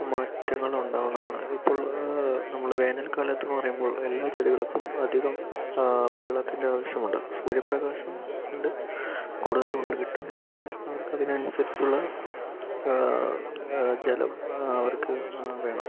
മാറ്റങ്ങൾ ഉണ്ടാവുന്നതാണ് ഇപ്പോൾ നമ്മള് വേനൽകാലത്ത് എന്ന് പറയുമ്പോൾ എല്ലാ ചെടികൾക്കും അധികം വെള്ളത്തിൻ്റെ ആവശ്യമുണ്ട് സൂര്യപ്രകാശം ഉണ്ട് കൂടുതലും കിട്ടും പക്ഷെ അവർക്ക് അതിനനുസരിച്ചുള്ള ജലം അവർക്ക് വേണം